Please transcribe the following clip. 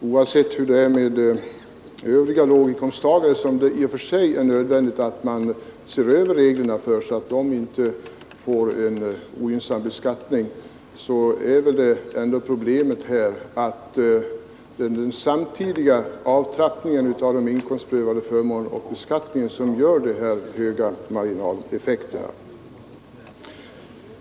Oavsett att det i och för sig är nödvändigt att se över reglerna för övriga låginkomsttagare så att de inte får en ogynnsam beskattning, så är problemet här, att den samtidiga avtrappningen av de inkomstprövade förmånerna och beskattningen ger de höga marginaleffekterna.